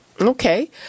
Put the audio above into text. Okay